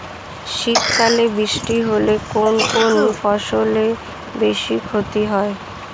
শীত কালে বৃষ্টি হলে কোন কোন ফসলের বেশি ক্ষতি হয়?